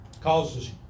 Causes